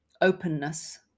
openness